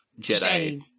Jedi